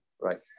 right